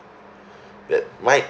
like might